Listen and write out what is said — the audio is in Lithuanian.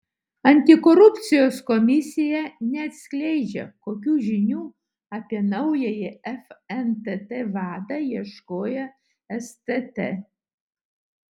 antikorupcijos komisija neatskleidžia kokių žinių apie naująjį fntt vadą ieškojo stt